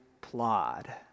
plod